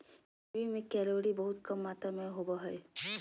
kiwi में calorie बहुत कम मात्र में होबो हइ